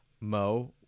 mo